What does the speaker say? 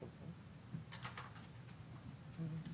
בנוסף, אמין,